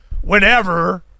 whenever